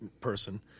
person